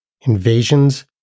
invasions